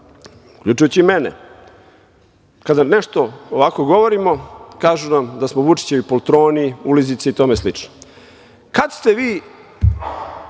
uključujući i mene, kada nešto ovako govorimo, kažu nam da smo Vučićevi poltroni, ulizice i tome slično. Kada ste vi,